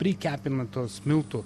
prikepina tas miltų